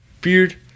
Beard